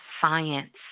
science